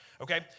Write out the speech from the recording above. okay